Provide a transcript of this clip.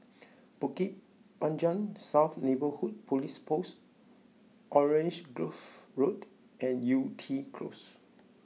Bukit Panjang South Neighbourhood Police Post Orange Grove Road and Yew Tee Close